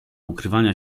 ukrywania